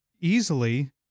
easily